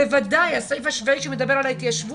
וודאי הסעיף השביעי שמדבר על ההתיישבות,